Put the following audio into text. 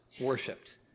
worshipped